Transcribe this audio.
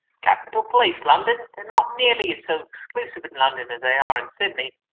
capital place, london! they are not nearly so exclusive in london as they are in sydney.